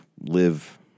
live